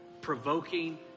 provoking